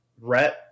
Rhett